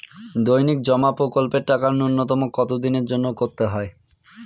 দৈনিক জমা প্রকল্পের টাকা নূন্যতম কত দিনের জন্য করতে হয়?